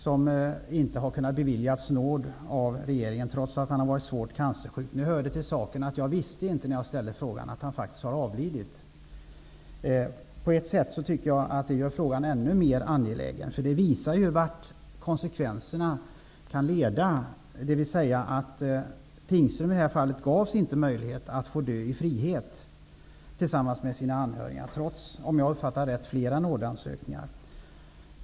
Han har inte beviljats nåd av regeringen, trots att han har varit svårt cancersjuk. När jag ställde frågan visste jag inte att han faktiskt har avlidit. På ett sätt tycker jag att det gör att frågan blir ännu mer angelägen. Det visar vilka konsekvenser det kan bli. Tingström gavs i det här fallet inte möjlighet att få vara tillsammans med sina anhöriga och dö i frihet, trots -- om jag har uppfattat det rätt -- flera nådeansökningar.